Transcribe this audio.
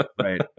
Right